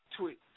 tweet